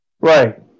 Right